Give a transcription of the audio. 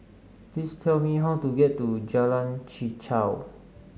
please tell me how to get to Jalan Chichau